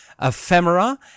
ephemera